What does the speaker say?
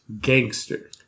gangster